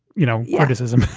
you know, yeah activism.